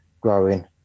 growing